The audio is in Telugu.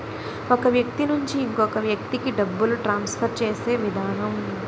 ఒక వ్యక్తి నుంచి ఇంకొక వ్యక్తికి డబ్బులు ట్రాన్స్ఫర్ చేసే విధానం